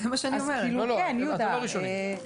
לא, אתם לא הראשונים.